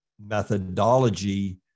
methodology